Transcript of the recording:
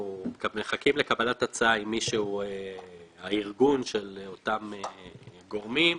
אנחנו מחכים לקבלת הצעה מהארגון של אותם גורמים.